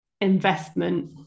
investment